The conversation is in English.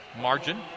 margin